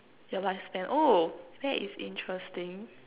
your lifespan oh that is interesting